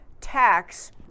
tax